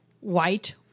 white